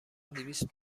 دویست